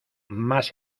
más